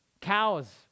cows